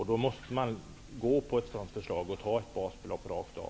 Man måste då säga ja till ett sådant här förslag och ta ett basbelopp rakt av.